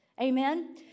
Amen